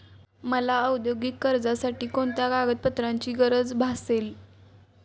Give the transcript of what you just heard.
मला औद्योगिक कर्जासाठी कोणत्या कागदपत्रांची गरज भासेल?